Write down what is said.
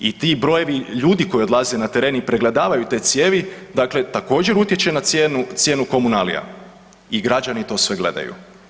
I ti brojevi ljudi koji odlaze na teren i pregledavaju te cijevi, dakle također utječe na cijenu komunalija i građani to sve gledaju.